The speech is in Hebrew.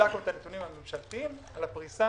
חילקנו את הנתונים הממשלתיים על הפריסה